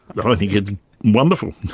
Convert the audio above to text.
i think it's wonderful.